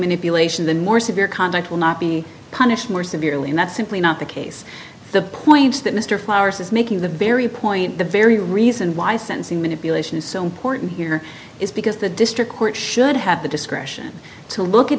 manipulation the more severe conduct will not be punished more severely and that's simply not the case the points that mr flowers is making the very point the very reason why sentencing manipulation is so important here is because the district court should have the discretion to look at